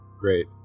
Great